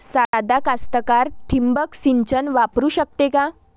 सादा कास्तकार ठिंबक सिंचन वापरू शकते का?